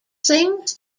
sings